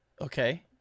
Okay